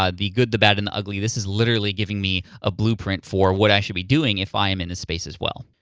um the good, the bad, and the ugly, this is literally giving me a blueprint for what i should be doing if i am in this space as well.